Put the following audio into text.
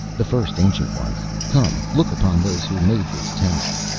the first ancient ones. come, look upon those who made this tav.